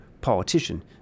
politician